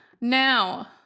Now